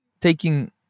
taking